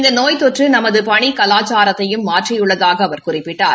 இந்த நோய் தொற்று நமது பணிக் கலாச்சாரத்தையும் மாற்றியுள்ளதாக அவர் குறிப்பிட்டார்